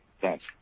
Thanks